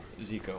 Zico